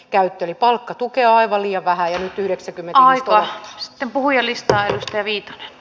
käyttelypalkkatukea ivon ja vaha ja yhdeksän aikaan sitten puhujalistaanklusterin